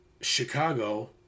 Chicago